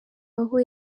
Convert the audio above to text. aho